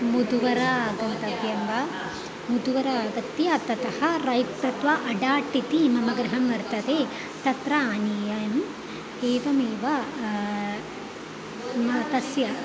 मुदुवरा आगन्तव्यं वा मुदुवरा आगत्य ततः रैट् कृत्वा अडाट् इति मम गृहं वर्तते तत्र आनीयाम् एवमेव मम तस्य